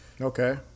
Okay